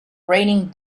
raining